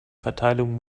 verteilung